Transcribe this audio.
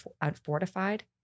unfortified